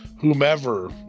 whomever